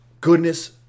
goodness